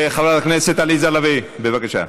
חברת הכנסת עליזה לביא, בבקשה.